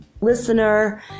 listener